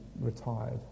retired